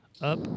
Up